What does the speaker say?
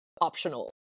optional